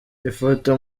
ifoto